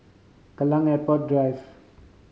Kallang Airport Drive